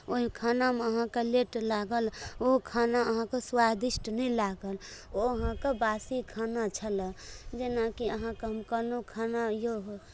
ओहि खानामे अहाँकेॅं लेट लागल ओ खाना अहाँके स्वादिष्ट नहि लागल ओ अहाँके बासी खाना छलए जेनाकि अहाँकेॅं हम कहलहुॅं खाना यौ